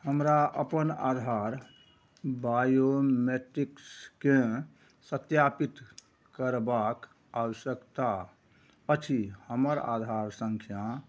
हमरा अपन आधार बायोमेट्रिक्सकेँ सत्यापित करबाक आवश्यकता अछि हमर आधार संख्या